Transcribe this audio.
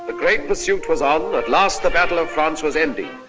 but great pursuit was on, at last the battle of france was ending.